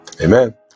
amen